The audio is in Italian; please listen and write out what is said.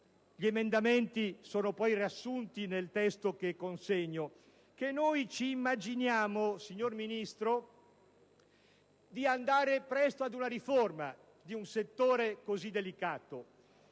(gli emendamenti sono poi riassunti nel testo che consegno), che noi immaginiamo, signor Ministro, di andare presto ad una riforma di un settore così delicato.